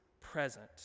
present